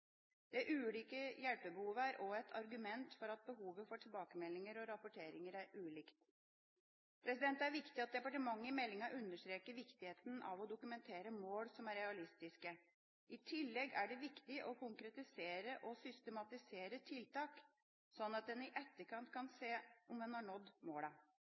Det ulike hjelpebehovet er også et argument for at behovet for tilbakemeldinger og rapporteringer er ulikt. Det er viktig at departementet i meldingen understreker viktigheten av å dokumentere mål som er realistiske. I tillegg er det viktig å konkretisere og systematisere tiltak, slik at en i etterkant kan se om en har nådd